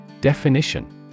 Definition